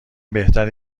بهتره